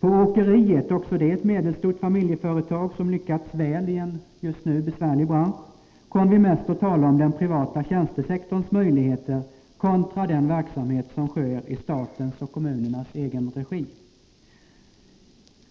På åkeriet, också det ett medelstort familjeföretag som lyckats väl i en just nu besvärlig bransch, kom vi mest att tala om den privata tjänstesektorns möjligheter kontra den verksamhet som bedrivs i statens och kommunernas egen regi.